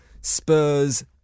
Spurs